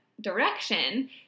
direction